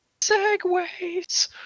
Segways